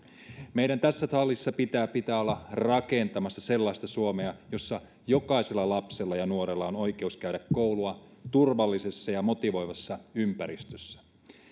meidän tässä salissa pitää pitää olla rakentamassa sellaista suomea jossa jokaisella lapsella ja nuorella on oikeus käydä koulua turvallisessa ja motivoivassa ympäristössä